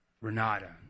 renata